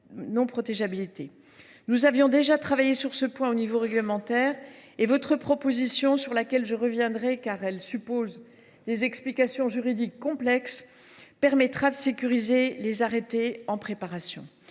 Nous avions déjà travaillé sur ce point au niveau réglementaire et votre proposition, sur laquelle je reviendrai, car elle suppose des explications juridiques complexes, permettra de sécuriser les arrêtés en préparation.